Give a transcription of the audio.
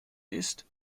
ist